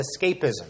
escapism